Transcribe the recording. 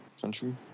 Country